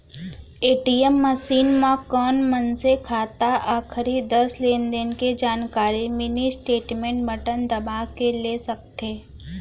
ATM machine म कोन मनसे खाता आखरी दस लेनदेन के जानकारी मिनी स्टेटमेंट बटन दबा के ले सकथे